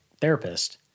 therapist